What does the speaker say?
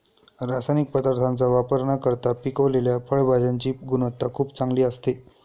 रासायनिक पदार्थांचा वापर न करता पिकवलेल्या फळभाज्यांची गुणवत्ता खूप चांगली असते